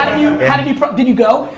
how did you, did you go?